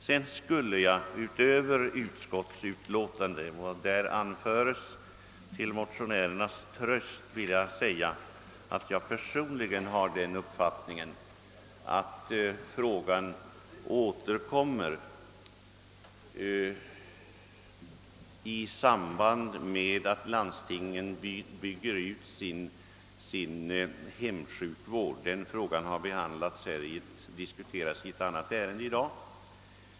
Utöver vad som anföres i utskottets utlåtande skulle jag till motionärernas tröst vilja säga att jag personligen har den uppfattningen att detta spörsmål torde återkomma i samband med att landstingen bygger ut sin hemsjukvård, en sak som har debatterats i anslutning till ett annat ärende i dag.